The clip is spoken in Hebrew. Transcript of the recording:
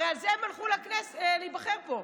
הרי על זה הם הלכו להיבחר פה.